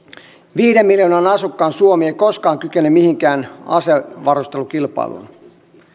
viiden miljoonan asukkaan suomi ei koskaan kykene mihinkään asevarustelukilpailuun